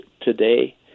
today